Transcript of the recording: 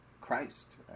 Christ